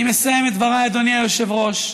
אני מסיים את דבריי, אדוני היושב-ראש,